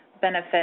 benefit